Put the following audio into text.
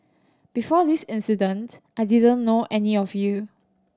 before this incident I didn't know any of you